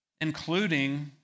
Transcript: including